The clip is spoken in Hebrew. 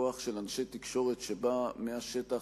כוח של אנשי תקשורת שבא מהשטח,